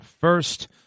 First